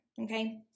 Okay